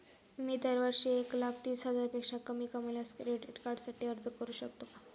मी दरवर्षी एक लाख तीस हजारापेक्षा कमी कमावल्यास क्रेडिट कार्डसाठी अर्ज करू शकतो का?